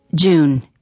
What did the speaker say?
June